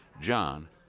john